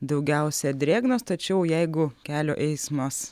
daugiausia drėgnos tačiau jeigu kelio eismas